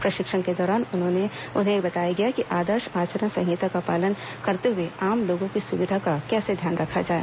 प्रशिक्षण के दौरान उन्हें बताया गया कि आदर्श आचरण संहिता का पालन करते हुए आम लोगों की सुविधा का कैसे ध्यान रखा जाए